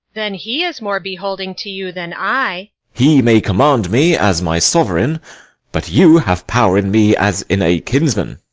then he is more beholding to you than i he may command me as my sovereign but you have power in me as in a kinsman.